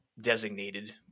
designated